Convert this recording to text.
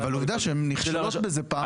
אבל עובדה שהן נכשלות בזה פעם אחר פעם.